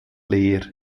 leer